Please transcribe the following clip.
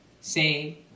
say